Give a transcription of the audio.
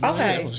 Okay